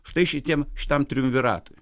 štai šitiem šitam triumviratui